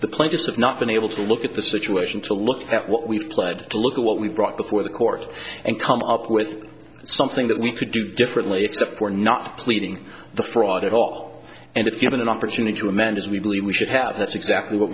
the plaintiffs have not been able to look at the situation to look at what we've pled to look at what we've brought before the court and come up with something that we could do differently except we're not pleading the fraud at all and if given an opportunity to amend as we believe we should have that's exactly what